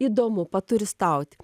įdomu paturistauti